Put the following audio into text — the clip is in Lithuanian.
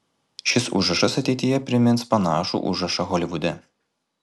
šis užrašas ateityje primins panašų užrašą holivude